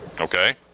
Okay